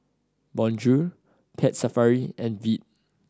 Bonjour Pet Safari and Veet